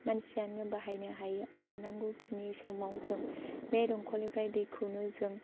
मानसियानो बाहायनो हायो आरो नांगौखिनि समाव जों बे दंखलनिफ्राय दैखौनो जों